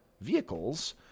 vehicles